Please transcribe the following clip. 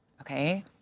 okay